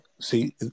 see